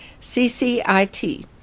CCIT